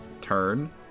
turn